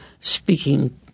speaking